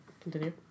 Continue